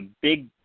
big